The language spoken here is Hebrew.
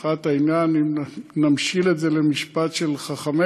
מבחינת העניין, אם נמשיל את זה למשפט של חכמינו,